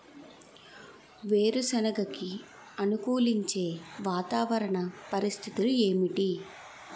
వేరుసెనగ కి అనుకూలించే వాతావరణ పరిస్థితులు ఏమిటి?